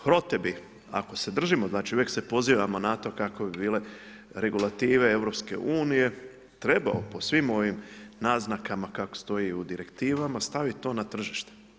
HROTE bi ako se držimo znači uvijek se pozivamo na to kako bi bile regulative Europske unije, trebao po svim ovim naznakama kako stoji u direktivama staviti to na tržište.